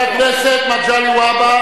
חבר הכנסת מגלי והבה,